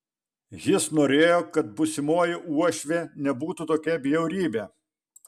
jis norėjo kad būsimoji uošvė nebūtų tokia bjaurybė